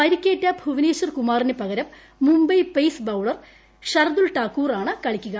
പരിക്കേറ്റ ഭുവനേശ്വർ കുമാറിന് പകരം മുംബൈ പെയ്സ് ബൌളർ ഷർദുൽ ടാക്കൂറാണ് കളിക്കുക